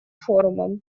форумом